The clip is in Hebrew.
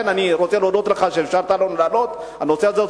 אני רוצה להודות לך על כך שאפשרת להעלות את הנושא הזה,